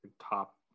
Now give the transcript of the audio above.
top